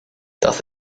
das